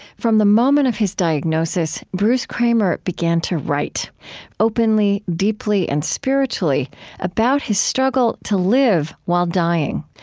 from the moment of his diagnosis bruce kramer began to write openly, deeply, and spiritually about his struggle to live while dying.